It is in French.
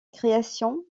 création